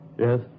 Yes